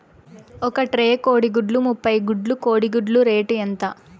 ఒక ట్రే కోడిగుడ్లు ముప్పై గుడ్లు కోడి గుడ్ల రేటు ఎంత?